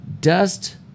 dust